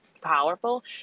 powerful